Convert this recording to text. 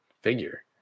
figure